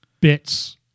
bits